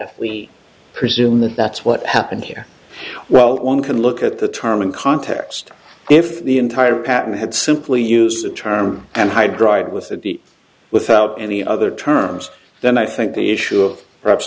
we presume that that's what happened here well one can look at the term in context if the entire pattern had simply used the term and hydride with a d without any other terms then i think the issue of perhaps